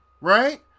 Right